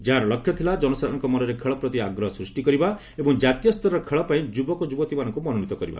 ଯାହାର ଲକ୍ଷ୍ୟ ଥିଲା ଜନସାଧାରଣଙ୍କ ମନରେ ଖେଳପ୍ରତି ଆଗ୍ରହ ସୃଷ୍ଟି କରିବା ଏବଂ ଜାତୀୟସ୍ତରର ଖେଳ ପାଇଁ ଯୁବକଯୁବତୀ ମାନଙ୍କୁ ମନୋନୀତ କରିବା